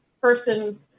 person